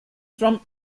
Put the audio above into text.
from